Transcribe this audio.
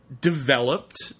developed